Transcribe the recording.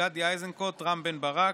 גדי איזנקוט ורם בן ברק,